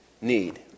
need